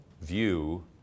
view